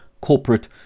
corporate